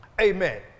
amen